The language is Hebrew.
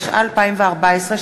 התשע"ה 2014,